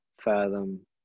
fathom